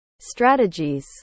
strategies